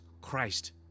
Christ